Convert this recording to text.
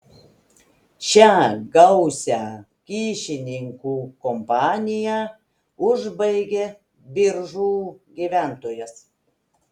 šią gausią kyšininkų kompaniją užbaigė biržų gyventojas